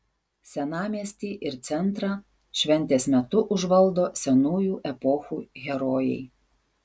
senamiestį ir centrą šventės metu užvaldo senųjų epochų herojai